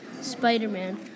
Spider-Man